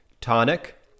tonic